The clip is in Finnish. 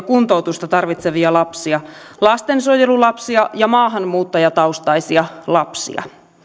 kuntoutusta tarvitsevia lapsia lastensuojelulapsia ja maahanmuuttajataustaisia lapsia